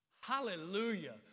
Hallelujah